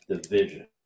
division